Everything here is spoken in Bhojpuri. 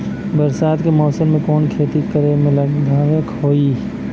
बरसात के मौसम में कवन खेती करे में लाभदायक होयी?